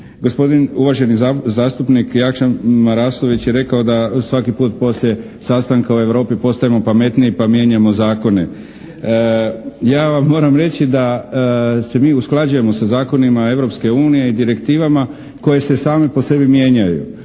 gospodin uvaženi zastupnik Jakša Marasović je rekao da svaki put poslije sastanka u Europi postajemo pametniji pa mijenjamo zakone. Ja vam moram reći da se mi usklađujemo sa zakonima Europske unije i direktivama koje se same po sebi mijenjaju.